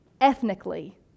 ethnically